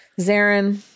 Zarin